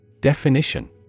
Definition